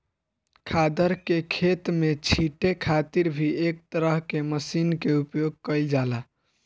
खादर के खेत में छींटे खातिर भी एक तरह के मशीन के उपयोग कईल जाला